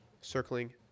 circling